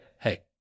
hey